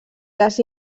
les